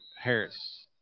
Harris